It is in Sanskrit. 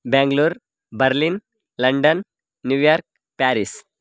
Bangalore Berlin London New York Paris